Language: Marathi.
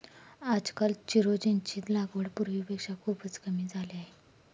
आजकाल चिरोंजीची लागवड पूर्वीपेक्षा खूपच कमी झाली आहे